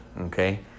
okay